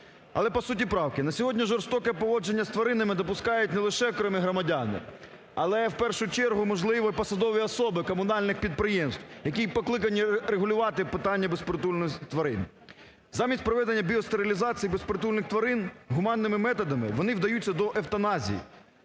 Але по суті правки. На сьогодні жорстоке поводження з тваринами допускають не лише окремі громадяни, але в першу чергу, можливо, і посадові особи комунальних підприємств, які і покликані регулювати питання безпритульності тварин. Замість проведення біостерилізації безпритульних тварин гуманними методами вони вдаються до евтаназії,